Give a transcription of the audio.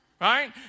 Right